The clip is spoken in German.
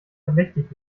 verdächtig